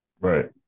Right